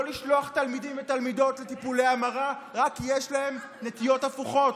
לא לשלוח תלמידים ותלמידות לטיפולי המרה רק כי יש להם נטיות הפוכות.